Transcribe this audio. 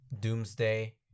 Doomsday